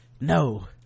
no